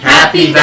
Happy